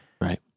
Right